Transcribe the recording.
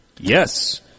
Yes